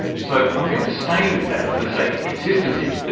so i'm going to stay with that for the sake of consistency, but,